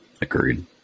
Agreed